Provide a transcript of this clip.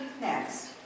next